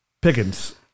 Pickens